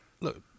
look